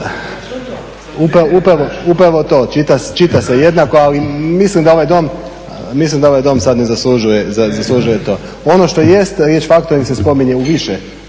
Upravo to, čita se jednako ali mislim da ovaj Dom sad ne zaslužuje to. Ono što jest riječ faktoring se spominje u više